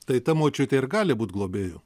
tai ta močiutė ir gali būti globėju